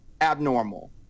abnormal